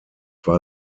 war